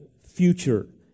future